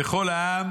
"וכל העם